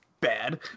bad